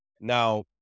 Now